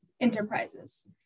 Enterprises